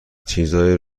چیزایی